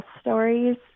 stories